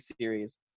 series